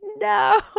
no